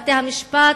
בתי-המשפט,